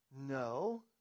No